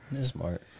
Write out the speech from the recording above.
Smart